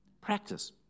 Practice